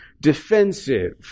defensive